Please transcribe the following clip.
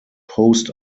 post